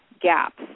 gaps